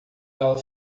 ela